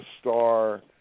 star